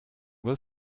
will